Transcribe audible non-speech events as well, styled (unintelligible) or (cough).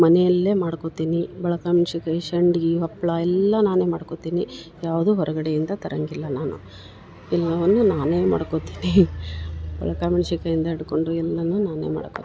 ಮನೆಯಲ್ಲೆ ಮಾಡ್ಕೊತಿನಿ ಬಳ (unintelligible) ಸಂಡ್ಗಿ ಹಪ್ಪಳ ಎಲ್ಲ ನಾನೇ ಮಾಡ್ಕೊತೀನಿ ಯಾವುದು ಹೊರಗಡೆಯಿಂದ ತರಂಗಿಲ್ಲ ನಾನು ಎಲ್ಲವನ್ನು ನಾನೇ ಮಾಡ್ಕೊತೀನಿ ಒಳಕ ಮೆಣ್ಶಿನಕಾಯಿಂದ ಹಿಡ್ಕೊಂಡು ಎಲ್ಲನು ನಾನೇ ಮಾಡ್ಕೋತಿನಿ